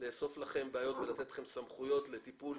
לאסוף לכם בעיות ולתת לכם סמכויות לטיפול.